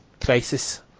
Crisis